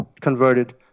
converted